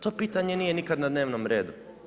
To pitanje nije nikada na dnevnom redu.